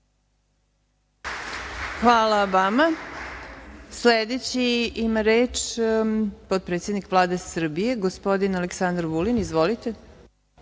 Raguš** Sledeći ima reč potpredsednik Vlade Srbije gospodin Aleksandar Vulin. Izvolite.